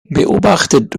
beobachtet